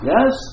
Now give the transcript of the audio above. Yes